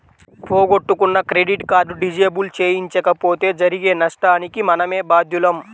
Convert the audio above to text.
పోగొట్టుకున్న credit card disable చేయించకపోతే జరిగే నష్టానికి మనమే బాధ్యులం